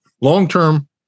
long-term